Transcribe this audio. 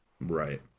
Right